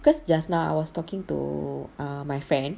because just now I was talking to err my friend